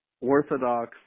orthodox